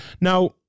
Now